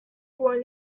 were